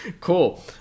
cool